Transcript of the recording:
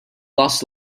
lost